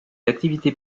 activités